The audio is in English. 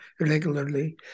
regularly